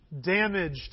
damaged